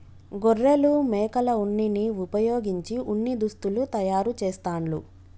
గొర్రెలు మేకల ఉన్నిని వుపయోగించి ఉన్ని దుస్తులు తయారు చేస్తాండ్లు